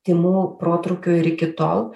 tymų protrūkio ir iki tol